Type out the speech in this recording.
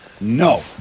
No